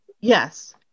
Yes